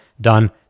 done